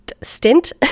stint